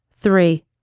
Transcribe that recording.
Three